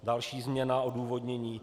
Další změna odůvodnění.